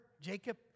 Jacob